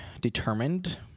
determined